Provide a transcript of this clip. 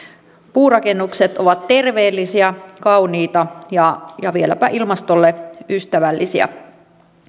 puurakennukset ovat terveellisiä kauniita ja ja vieläpä ilmastolle ystävällisiä